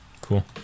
Cool